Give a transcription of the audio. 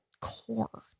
core